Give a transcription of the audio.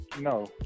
No